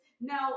Now